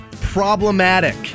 problematic